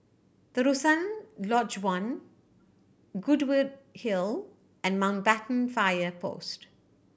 Terusan Lodge One Goodwood Hill and Mountbatten Fire Post